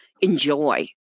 enjoy